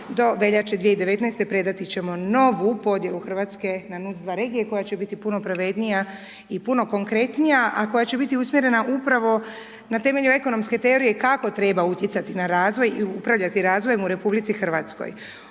Do veljače 2019.-te predati ćemo novu podjelu RH na NUTS - 2 regije, koja će biti puno pravednija i puno konkretnija, a koja će biti usmjerena upravo na temelju ekonomske teorije kako treba utjecati na razvoj i upravljati razvojem u RH.